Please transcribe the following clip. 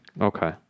Okay